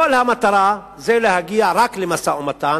כל המטרה זה להגיע רק למשא-ומתן.